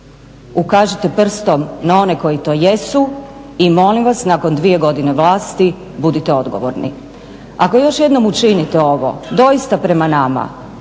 ukažite prstom na one koji to jesu i molim vas nakon dvije godine vlasti budite odgovorni. Ako još jednom učinite ovo doista prema nama,